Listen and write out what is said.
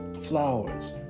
flowers